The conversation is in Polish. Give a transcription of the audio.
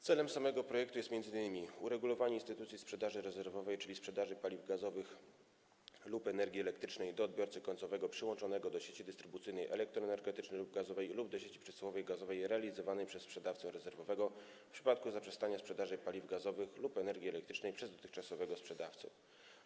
Celem samego projektu jest m.in.: uregulowanie instytucji sprzedaży rezerwowej, czyli sprzedaży paliw gazowych lub energii elektrycznej odbiorcy końcowemu, przyłączonemu do sieci dystrybucyjnej elektroenergetycznej lub gazowej lub do sieci przesyłowej gazowej realizowanej przez sprzedawcę rezerwowego w wypadku zaprzestania sprzedaży paliw gazowych lub energii elektrycznej przez dotychczasowego sprzedawcę.